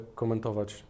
komentować